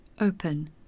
open